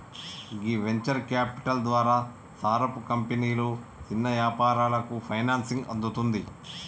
గీ venture capital ద్వారా సారపు కంపెనీలు చిన్న యాపారాలకు ఫైనాన్సింగ్ అందుతుంది